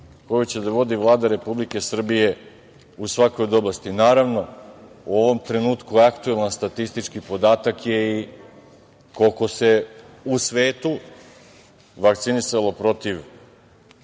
koju će da vodi Vlada Republike Srbije u svakoj oblasti. Naravno, u ovom trenutku aktuelni statistički podatak je i koliko se u svetu vakcinisalo protiv